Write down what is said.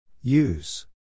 Use